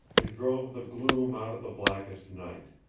it drove the gloom out of the blackest night.